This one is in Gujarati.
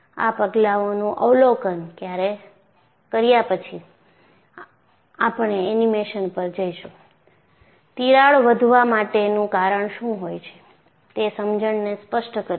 આ પગલાંઓનું અવલોકન કર્યા પછી આપણે એનિમેશન પર જઈશું તિરાડ વધવા માટેનું કારણ શું હોય છે તે સમજણને સ્પષ્ટ કરીશું